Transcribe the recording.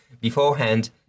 beforehand